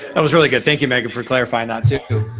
that was really good. thank you meaghan for clarifying that too.